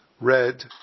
red